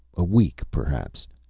a week, perhaps.